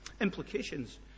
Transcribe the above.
implications